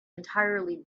entirely